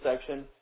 section